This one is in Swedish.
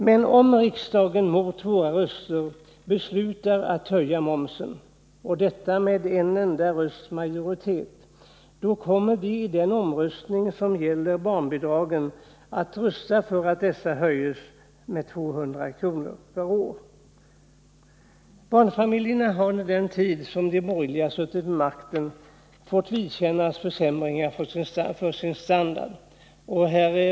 Men om riksdagen mot våra röster beslutar att höja momsen — och detta med en enda rösts majoritet — då kommer vi i den omröstning som gäller barnbidragen att rösta för att dessa höjs med 200 kr. per år. Barnfamiljerna har under den tid som de borgerliga suttit vid makten fått vidkännas försämringar av sin standard.